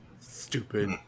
stupid